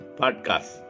Podcast